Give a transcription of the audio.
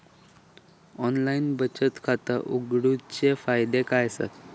Online बचत खाता उघडूचे फायदे काय आसत?